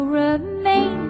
remain